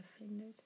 offended